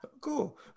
Cool